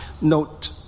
Note